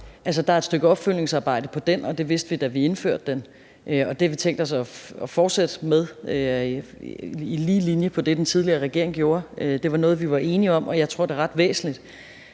Der er et stykke opfølgningsarbejde på den, og det vidste vi, da vi indførte den. Vi har tænkt os at fortsætte i lige linje med det, den tidligere regering gjorde. Det var noget, vi var enige om, og jeg tror, det er ret væsentligt.